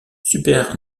super